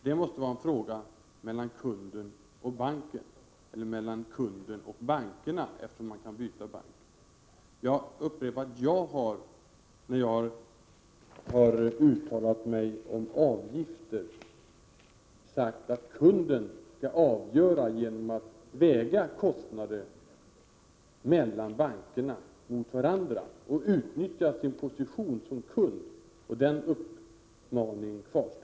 Det måste vara en fråga mellan kunden och banken eller mellan kunden och bankerna, eftersom man kan byta bank. Prot. 1987/88:91 Jag upprepar att jag, när jag har uttalat mig om avgifter, har sagt att 24 mars 1988 kunden skall avgöra genom att väga bankernas debiterade kostnader mot varandra och utnyttja sin position som kund. Den uppmaningen kvarstår.